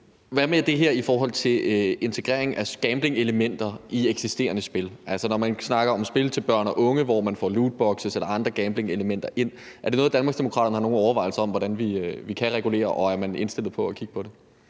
Hvad med det her i forhold til integrering af gamblingelementer i eksisterende spil? Altså, når man snakker om spil til børn og unge, hvor man får lootbokse eller andre gamblingelementer ind, er det så noget, Danmarksdemokraterne har nogen overvejelser om hvordan vi kan regulere, og er man indstillet på at kigge på det?